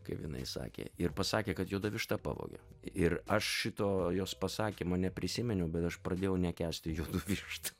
kaip jinai sakė ir pasakė kad juoda višta pavogė ir aš šito jos pasakymo neprisiminiau bet aš pradėjau nekęsti juodų vištų